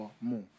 more